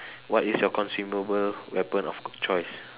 what is your consumable weapon of choice